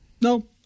No